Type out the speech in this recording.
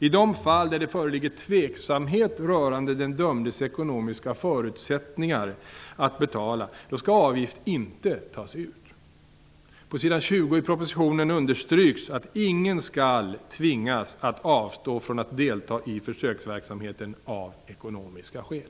I de fall där det föreligger tveksamhet rörande den dömdes ekonomiska förutsättningar att betala skall avgift inte tas ut. På s. 20 i propositionen understryks att ingen skall tvingas att avstå från att delta i försöksverksamheten av ekonomiska skäl.